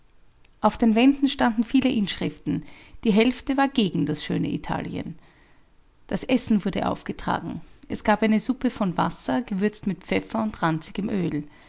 auf den wänden standen viele inschriften die hälfte war gegen das schöne italien das essen wurde aufgetragen es gab eine suppe von wasser gewürzt mit pfeffer und ranzigem öl